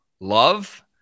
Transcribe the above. love